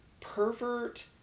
pervert